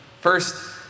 First